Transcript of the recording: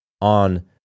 on